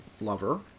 lover